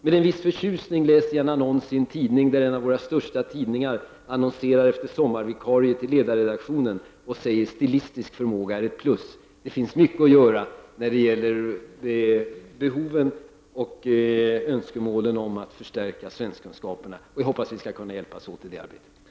Med viss förtjusning läste jag en annons, där en av våra största tidningar sökte sommarvikarier till ledarredaktionen och där det hette: ”Stilistisk förmåga är ett plus.” Det finns mycket att göra när det gäller behoven att förstärka kunskaperna i svenska. Jag hoppas att vi skall kunna hjälpas åt i det arbetet.